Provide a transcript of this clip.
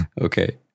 Okay